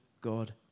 God